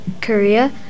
Korea